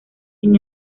sin